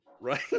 right